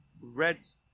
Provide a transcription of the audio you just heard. Red's